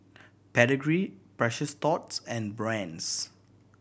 Pedigree Precious Thots and Brand's